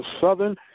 Southern